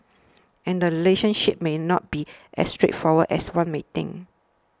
and relationships may not be as straightforward as one might think